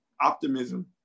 optimism